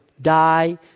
die